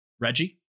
Reggie